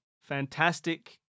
fantastic